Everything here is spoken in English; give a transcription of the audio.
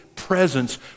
presence